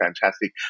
fantastic